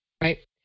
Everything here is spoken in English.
Right